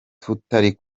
tutari